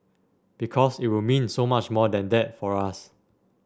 because it will mean so much more than that for us